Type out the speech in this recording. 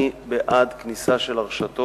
אני בעד כניסה של הרשתות.